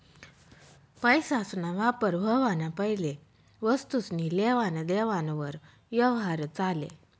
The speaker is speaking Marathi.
पैसासना वापर व्हवाना पैले वस्तुसनी लेवान देवान वर यवहार चाले